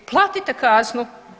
Platite kaznu.